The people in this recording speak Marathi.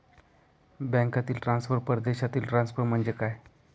बँकांतील ट्रान्सफर, परदेशातील ट्रान्सफर म्हणजे काय?